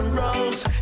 rose